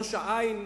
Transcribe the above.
ראש-העין,